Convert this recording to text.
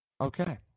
Okay